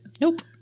nope